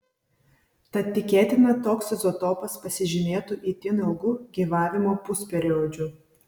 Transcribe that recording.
tad tikėtina toks izotopas pasižymėtų itin ilgu gyvavimo pusperiodžiu